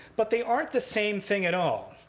but they aren't the same thing at all.